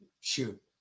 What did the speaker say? Shoot